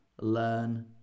learn